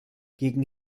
gegen